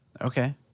Okay